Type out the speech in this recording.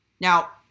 Now